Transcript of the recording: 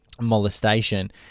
molestation